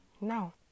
No